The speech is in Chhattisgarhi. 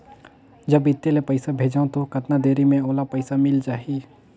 जब इत्ते ले पइसा भेजवं तो कतना देरी मे ओला पइसा मिल जाही?